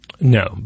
No